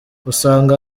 usanga